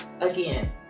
again